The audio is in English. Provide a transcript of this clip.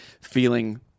feeling